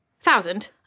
Thousand